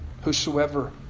Whosoever